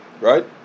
Right